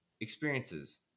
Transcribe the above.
experiences